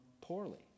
poorly